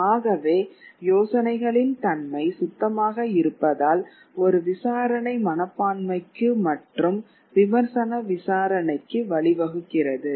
ஆகவே யோசனைகளின் தன்மை சுத்தமாக இருப்பதால் ஒரு விசாரணை மனப்பான்மைக்கு மற்றும் விமர்சன விசாரணைக்கு வழிவகுக்கிறது